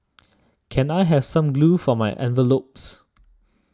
can I have some glue for my envelopes